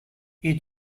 you